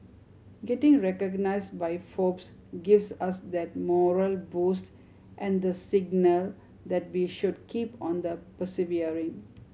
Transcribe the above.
getting recognised by Forbes gives us that morale boost and the signal that we should keep on the persevering